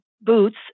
boots